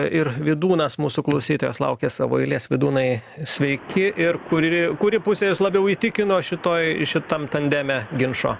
ir vidūnas mūsų klausytojas laukia savo eilės vidūnai sveiki ir kuri kuri pusė jus labiau įtikino šitoj šitam tandeme ginčo